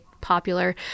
popular